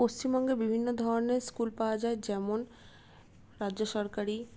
পশ্চিমবঙ্গে বিভিন্ন ধরণের স্কুল পাওয়া যায় যেমন রাজ্য সরকারি